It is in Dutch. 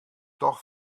toch